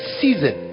season